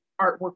artwork